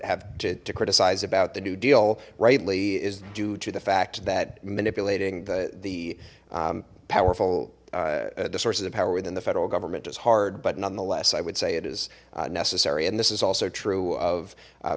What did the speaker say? have to criticize about the new deal rightly is do the fact that manipulating the the powerful the sources of power within the federal government is hard but nonetheless i would say it is necessary and this is also true of